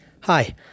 Hi